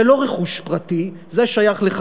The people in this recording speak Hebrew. זה לא רכוש פרטי, זה שייך לך.